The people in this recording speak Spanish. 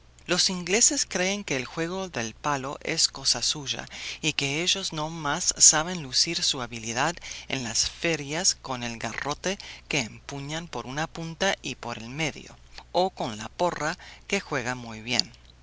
los ingleses creen que el juego del palo es cosa suya y que ellos no más saben lucir su habilidad en las ferias con el garrote que empuñan por una punta y por el medio o con la porra que juegan muy bien